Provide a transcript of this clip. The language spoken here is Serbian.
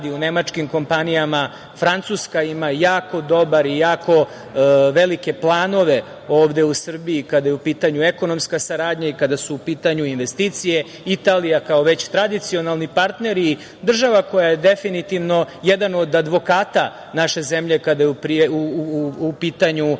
u nemačkim kompanijama, a Francuska ima jako dobar, velike planove ovde u Srbiji kada je u pitanju ekonomska saradnja i kada su u pitanju investicije. Italija kao već tradicionalni partner i država koja je definitivno jedan od advokata naše zemlje kada je u pitanju